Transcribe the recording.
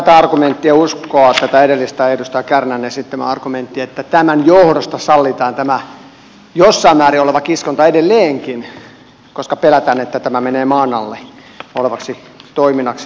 vaikea on uskoa tätä edellistä edustaja kärnän esittämää argumenttia että tämän johdosta sallitaan tämä jossain määrin oleva kiskonta edelleenkin koska pelätään että tämä menee maan alla olevaksi toiminnaksi